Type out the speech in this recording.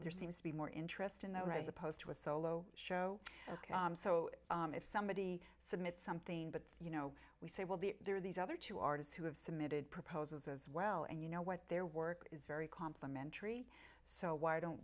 there seems to be more interest in that way as opposed to a solo show ok so if somebody submit something but you know we say will be there are these other two artists who have submitted proposals as well and you know what their work is very complementary so why don't